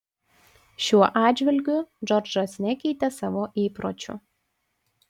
šiuo atžvilgiu džordžas nekeitė savo įpročių